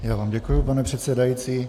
Já vám děkuji, pane předsedající.